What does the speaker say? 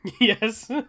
Yes